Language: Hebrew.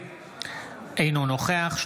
אינו נוכח גלעד קריב,